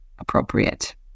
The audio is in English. appropriate